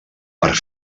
per